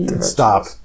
stop